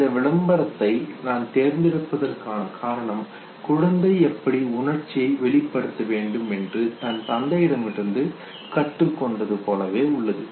இந்த விளம்பரத்தை நான் தேர்ந்தெடுப்பதற்கான காரணம் குழந்தை எப்படி உணர்ச்சியை வெளிப்படுத்த வேண்டும் என்று தன் தந்தையிடமிருந்து கற்றுக்கொண்டது போலவே உள்ளது